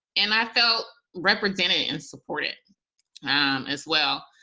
and i felt represented and support it as well,